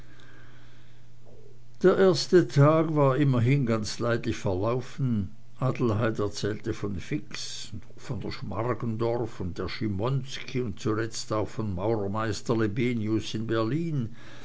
der erste tag war immerhin ganz leidlich verlaufen adelheid erzählte von fix von der schmargendorf und der schimonski und zuletzt auch von maurermeister lebenius in berlin